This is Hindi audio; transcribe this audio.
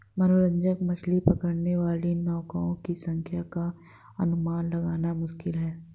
मनोरंजक मछली पकड़ने वाली नौकाओं की संख्या का अनुमान लगाना मुश्किल है